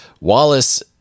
Wallace